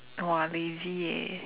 !wah! lazy eh